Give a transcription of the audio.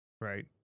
right